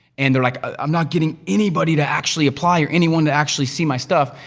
and they're like, i'm not getting anybody to actually apply, or anyone to actually see my stuff.